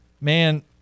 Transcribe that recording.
Man